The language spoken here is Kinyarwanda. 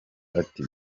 ati